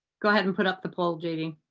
go ahead and put up the poll. the